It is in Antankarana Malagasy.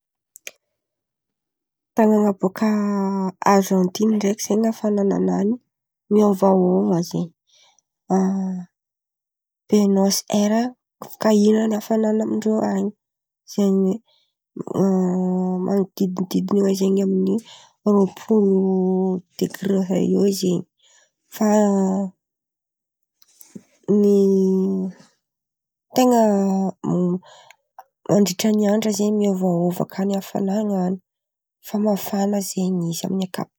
Tanàna bôka Arzantin̈y ndraiky zen̈y hafanananan̈y, miôvaôva zen̈y. A boenôsy aira fikaiana hafanana amin-drô an̈y. Zen̈y hoe manodidina zen̈y amin’ny roapolo degre eo eo zen̈y. Fa ny ten̈a m- mandritra ny andra zen̈y miôvaôva kà ny hafanana an̈y. Fa mafana zen̈y izy amin’ny akap-.